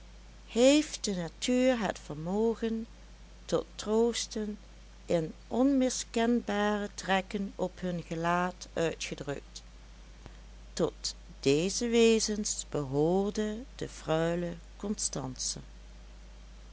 heeft de natuur het vermogen tot troosten in onmiskenbare trekken op hun gelaat uitgedrukt tot deze wezens behoorde de freule constance